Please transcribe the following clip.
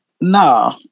no